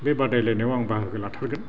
बे बादायलायनायाव आं बाहागो लाथारगोन